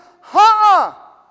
ha